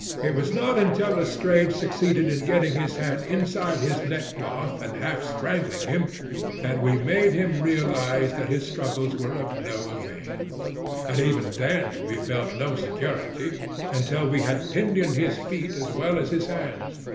it was not until lestrade succeeded in getting his hand inside his neckcloth and half-strangling him that we made him realize that his struggles were of no avail and even then we felt no security until we had pinioned his feet as well as his hands.